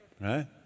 right